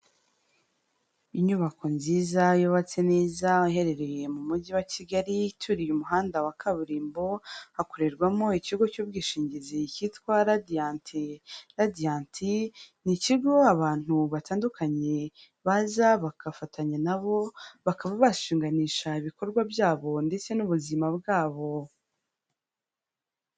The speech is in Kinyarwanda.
Inyubako nziza yubatse neza, iherereye mu Mujyi wa Kigali, ituriye umuhanda wa kaburimbo, hakorerwamo ikigo cy'ubwishingizi cyitwa Radiyanti. Radiyanti ni ikigo abantu batandukanye baza bagafatanya na bo, bakaba bashinganisha ibikorwa byabo ndetse n'ubuzima bwabo.